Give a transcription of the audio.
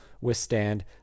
withstand